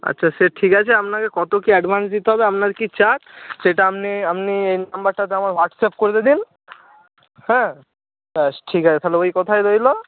আচ্ছা সে ঠিক আছে আপনাকে কত কী অ্যাডভান্স দিতে হবে আপনার কী চার্জ সেটা আপনি আপনি এই নাম্বারটাতে আমার হোয়াটসঅ্যাপ করে দিন হ্যাঁ ব্যাস ঠিক আছে তাহলে ওই কথাই রইলো